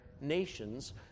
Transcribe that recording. nations